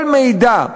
כל מידע,